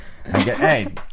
Hey